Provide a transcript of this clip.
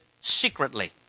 secretly